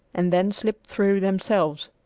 and then slipped through themselves.